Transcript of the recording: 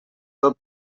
tot